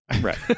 right